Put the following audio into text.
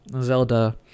Zelda